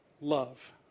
love